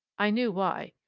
i knew why.